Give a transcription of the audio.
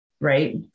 right